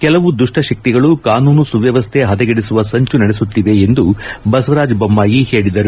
ಕೆಲವು ದುಷ್ನಶಕ್ತಿಗಳು ಕಾನೂನು ಸುವ್ನವಸ್ಥೆ ಹದಗೆಡಿಸುವ ಸಂಚು ನಡೆಸುತ್ತಿವೆ ಎಂದು ಬಸವರಾಜ ಬೊಮ್ನಾಯಿ ಹೇಳಿದರು